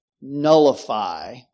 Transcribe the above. nullify